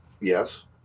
yes